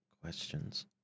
questions